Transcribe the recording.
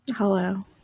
Hello